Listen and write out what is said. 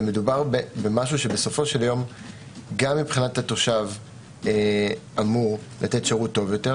במשהו שבסופו של יום גם מבחינת התושב אמור לתת שירות טוב יותר,